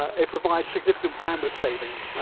ah it provides significant bandwidth savings,